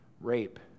rape